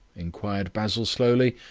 inquired basil slowly.